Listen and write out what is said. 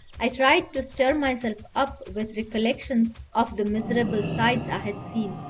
i tried to stir myself up with recollections of the miserable sights i had seen,